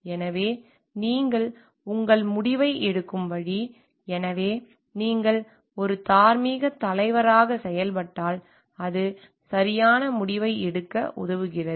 எனவே நீங்கள் உங்கள் முடிவை எடுக்கும் வழி எனவே நீங்கள் ஒரு தார்மீகத் தலைவராக செயல்பட்டால் அது சரியான முடிவை எடுக்க உதவுகிறது